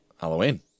Halloween